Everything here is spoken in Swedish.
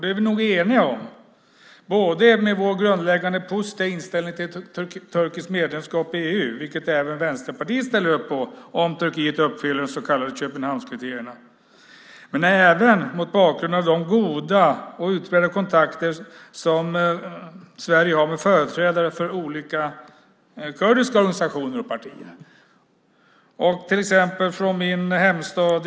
Det är vi nog eniga om, med tanke på vår grundläggande positiva inställning till ett turkiskt medlemskap i EU - vilket även Vänsterpartiet ställer upp på om Turkiet uppfyller de så kallade Köpenhamnskriterierna - men även mot bakgrund av de goda och utbredda kontakter som Sverige har med företrädare för olika kurdiska organisationer och partier.